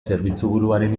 zerbitzuburuaren